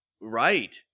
Right